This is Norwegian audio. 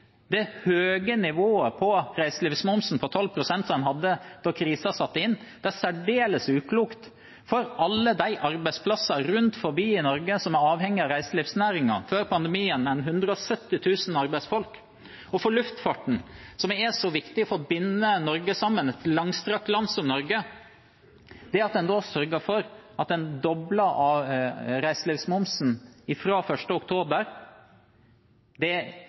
det høye nivået på reiselivsmomsen som en hadde da krisen satte inn – 12 pst. – er særdeles uklokt for alle de arbeidsplassene rundt omkring i Norge som er avhengig av reiselivsnæringen. Før pandemien var det 170 000 arbeidsfolk. Når det gjelder luftfarten, som er så viktig for å binde et langstrakt land som Norge sammen, og som en sørger for å doble reiselivsmomsen for fra 1. oktober: